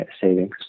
savings